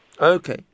Okay